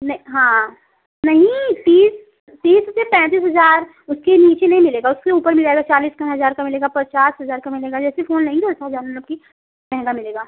नहीं हाँ नही तीस तीस से पैंतीस हज़ार उसके नीचे नहीं मिलेगा उसके ऊपर मिल जाएगा चालीस का हज़ार का मिलेगा पचास हज़ार का मिलेगा जैसे फोन लेंगी न वैसा जान लो कि महंगा मिलेगा